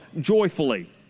joyfully